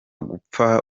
gupfa